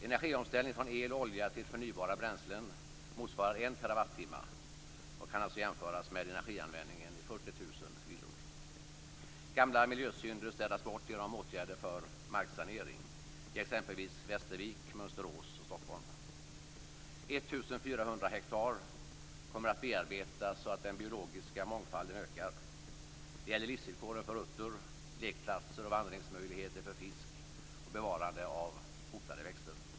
Energiomställning från el och olja till förnybara bränslen motsvarar 1 TWh, vilket kan jämföras med energianvändningen i 40 000 villor. Gamla miljösynder städas bort genom åtgärder för marksanering i exempelvis Västervik, Mönsterås och Stockholm. 1 400 hektar kommer att bearbetas så att den biologiska mångfalden ökar. Det gäller livsvillkoren för utter, lekplatser och vandringsmöjligheter för fisk samt bevarande av hotade växter.